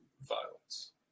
violence